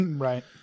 Right